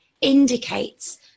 indicates